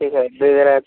ठीक है डिलीवर आज